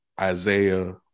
Isaiah